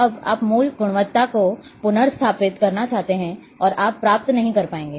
अब आप मूल गुणवत्ता को पुनर्स्थापित करना चाहते हैं और आप प्राप्त नहीं कर पाएंगे